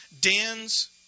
dens